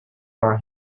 our